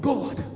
God